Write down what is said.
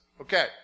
Okay